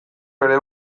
bere